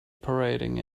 parading